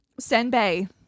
senbei